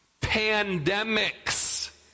Pandemics